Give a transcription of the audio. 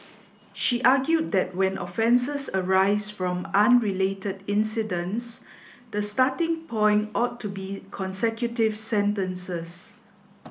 she argued that when offences arise from unrelated incidents the starting point ought to be consecutive sentences